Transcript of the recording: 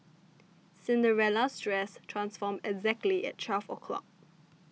Cinderella's dress transformed exactly at twelve o' clock